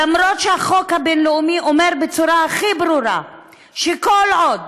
אף שהחוק הבין-לאומי אומר בצורה הכי ברורה שכל עוד